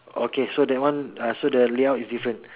okay so that one uh so that layout is different